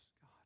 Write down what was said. God